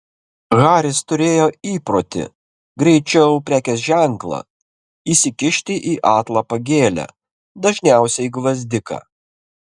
haris turėjo įprotį greičiau prekės ženklą įsikišti į atlapą gėlę dažniausiai gvazdiką